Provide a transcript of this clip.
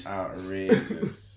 outrageous